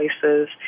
places